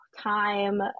time